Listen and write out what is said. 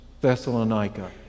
Thessalonica